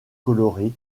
colorées